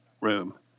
room